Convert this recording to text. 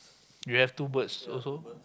you have two birds also